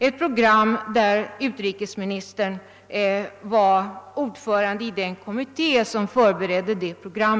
Utrikesministern var ordförande i den kommitté som förberedde detta program.